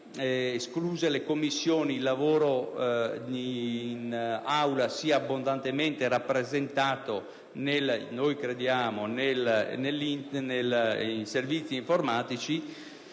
escluse le Commissioni, il lavoro in Aula sia abbondantemente rappresentato nei servizi informatici,